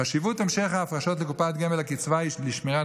חשיבות המשך ההפרשות לקופת הגמל לקצבה היא לשמירת